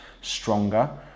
stronger